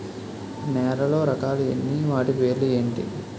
నేలలో రకాలు ఎన్ని వాటి పేర్లు ఏంటి?